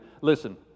listen